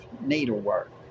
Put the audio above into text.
needlework